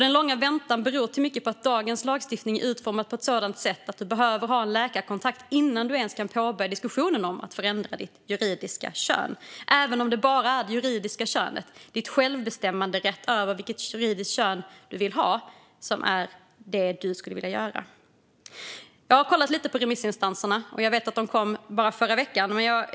Den långa väntan beror i mycket på att dagens lagstiftning är utformad på ett sådant sätt att man behöver ha en läkarkontakt innan man ens kan påbörja diskussionen om att förändra sitt juridiska kön, även om det bara handlar om ens självbestämmanderätt över vilket juridiskt kön man vill ha. Jag har kollat lite på remissvaren, som kom förra veckan.